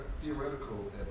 theoretical